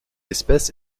espèce